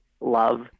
love